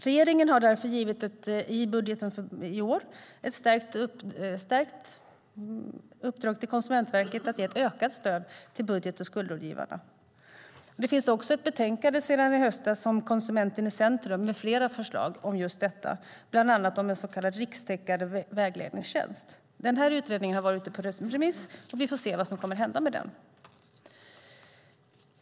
Regeringen har i budgeten i år givit ett stärkt uppdrag till Konsumentverket att ge ett ökat stöd till budget och skuldrådgivarna. Det finns också sedan i höstas ett betänkande, Konsumenten i centrum , med flera förslag om just detta, bland annat om en rikstäckande så kallad vägledningstjänst. Den här utredningen har varit ute på remiss, och vi får se vad som kommer att hända med den.